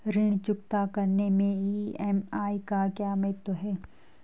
ऋण चुकता करने मैं ई.एम.आई का क्या महत्व है?